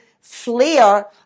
flair